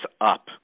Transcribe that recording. up